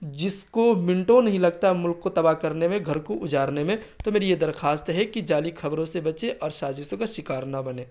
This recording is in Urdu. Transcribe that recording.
جس کو منٹوں نہیں لگتا ملک کو تباہ کرنے میں گھر کو اجارنے میں تو میری یہ درخواست ہے کہ جعلی کھبروں سے بچے اور سازشوں کا شکار نہ بنے